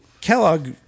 Kellogg